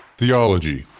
theology